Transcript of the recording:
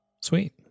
Sweet